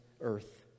earth